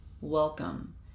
Welcome